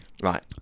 Right